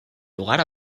lugar